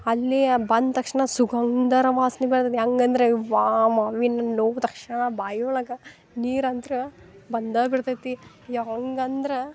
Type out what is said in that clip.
ಅಲ್ಲಿಯ ಬಂದ ತಕ್ಷಣ ಸುಂಗದರ ವಾಸನೆ ಬರ್ತೈತಿ ಹೆಂಗಂದ್ರೆ ವಾ ಮಾವಿನಣ್ಣು ನೋಡ್ ತಕ್ಷಣ ಬಾಯಿ ಒಳಗೆ ನೀರು ಅಂತ್ರ ಬಂದಾ ಬಿಡ್ತೈತಿ ಹೆಂಗಂದ್ರೆ